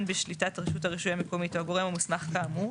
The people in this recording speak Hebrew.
בשליטת רשות הרישוי המקומית או הגורם המוסמך כאמור,